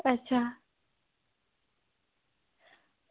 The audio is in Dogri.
अच्छा